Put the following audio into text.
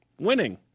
winning